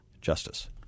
Justice